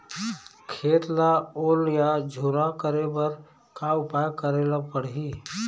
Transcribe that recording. खेत ला ओल या झुरा करे बर का उपाय करेला पड़ही?